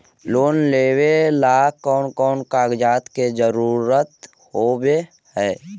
Loan लेबे ला कौन कौन कागजात के जरुरत होबे है?